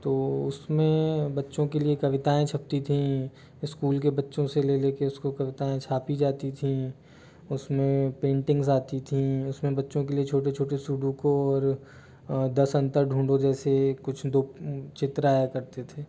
तो उसमें बच्चों के लिए कविताएं छपती थीं स्कूल के बच्चों से ले लेके उसको कविताएं छापी जाती थीं उसमें पेंटिंग्स आती थीं उसमें बच्चों के लिए छोटे छोटे सुडोकू और दस अंतर ढूंढो जैसे कुछ चित्र आया करते थे